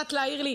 ידעת להעיר לי,